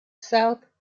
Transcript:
south